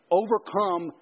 overcome